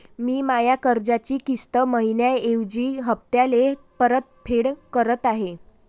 मी माया कर्जाची किस्त मइन्याऐवजी हप्त्याले परतफेड करत आहे